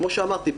כמו שאמרתי,